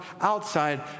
outside